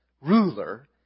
Ruler